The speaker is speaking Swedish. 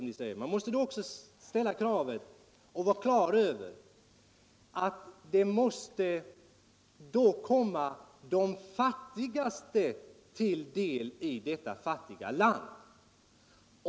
Man måste också ställa kravet att det kommer de fattigaste människorna till del i dessa fattiga länder.